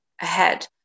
ahead